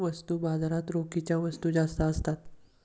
वस्तू बाजारात रोखीच्या वस्तू जास्त असतात